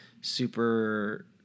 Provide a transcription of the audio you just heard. super